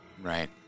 Right